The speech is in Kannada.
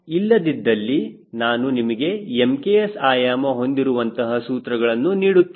ಇಲ್ಲದಿದ್ದಲ್ಲಿ ನಾನು ನಿಮಗೆ MKS ಆಯಾಮ ಹೊಂದಿರುವಂತಹ ಸೂತ್ರಗಳನ್ನು ನೀಡುತ್ತಿದ್ದೇ